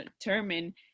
determine